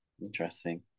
Interesting